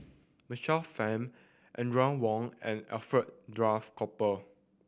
Michael Fam Audrey Wong and Alfred Duff Cooper